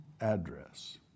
address